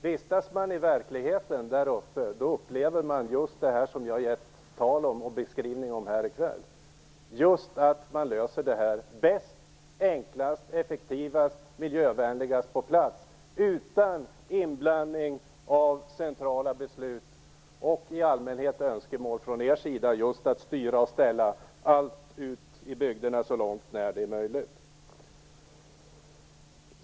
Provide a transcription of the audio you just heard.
Vistas man i verkligheten uppe i Norrland, då upplever man det som jag har beskrivit, nämligen att detta löser människor bäst, enklast, effektivast och miljövänligast på plats utan inblandning av centrala beslutsmyndigheter och av era önskemål att styra och ställa ute i bygderna så långt det är möjligt.